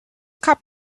cup